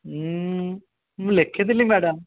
ମୁଁ ଲେଖିଥିଲି ମ୍ୟାଡ଼ାମ